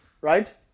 Right